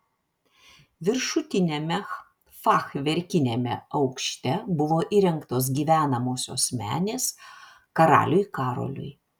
viršutiniame fachverkiniame aukšte buvo įrengtos gyvenamosios menės karaliui karoliui